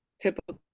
typical